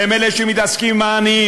הם אלה שמתעסקים עם העניים,